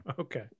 Okay